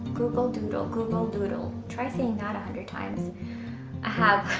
google doodle. google doodle. try seeing that a hundred times. i have.